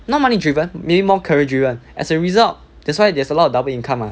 not money driven maybe more career driven as a result that's why there's a lot of double income lah